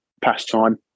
pastime